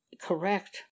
correct